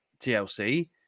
TLC